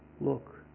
look